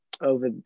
over